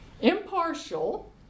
impartial